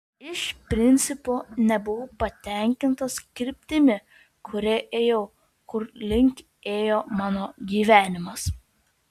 iš principo nebuvau patenkintas kryptimi kuria ėjau kur link ėjo mano gyvenimas